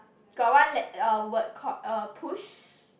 got one let~ uh word called uh push